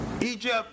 Egypt